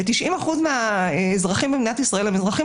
ב-90% מהאזרחים במדינת ישראל הם אזרחים